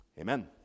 Amen